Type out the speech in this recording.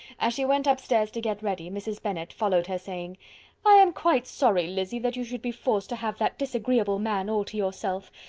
as she went up stairs to get ready, mrs. bennet followed her, saying i am quite sorry, lizzy, that you should be forced to have that disagreeable man all to yourself.